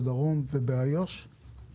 בדרום ובאזורי יהודה ושומרון?